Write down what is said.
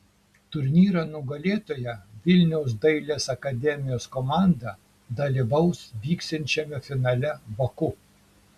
turnyro nugalėtoja vilniaus dailės akademijos komanda dalyvaus vyksiančiame finale baku